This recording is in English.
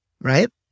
right